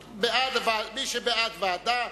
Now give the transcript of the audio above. ועדה.